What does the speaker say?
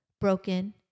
broken